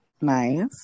Nice